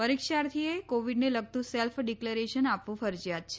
પરીક્ષાર્થીએ કોવીડને લગતું self declaration આપવું ફરજીયાત છે